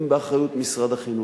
הם באחריות משרד החינוך.